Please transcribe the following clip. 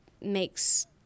makes